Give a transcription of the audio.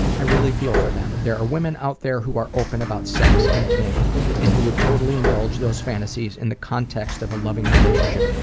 i really feel for them. there are women out there who are open about sex and kink and who would totally indulge those fantasies in the context of a loving relationship.